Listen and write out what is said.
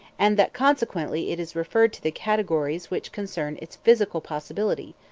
and that consequently it is referred to the categories which concern its physical possibility,